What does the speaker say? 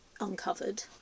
uncovered